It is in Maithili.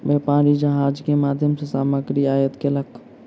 व्यापारी जहाज के माध्यम सॅ सामग्री आयात केलक